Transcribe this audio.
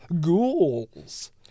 ghouls